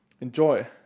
enjoy